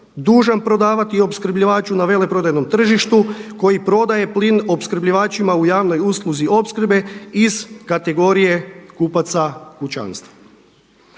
dužan prodavati i opskrbljivaču i na veleprodajnom tržištu koji prodaje plin opskrbljivačima u javnoj usluzi opskrbe iz kategorije kupaca kućanstva.